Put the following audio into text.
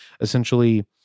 essentially